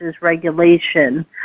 regulation